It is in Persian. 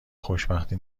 خوشبختی